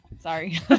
Sorry